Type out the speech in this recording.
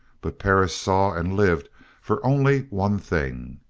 but perris saw and lived for only one thing.